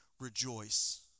rejoice